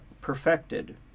perfected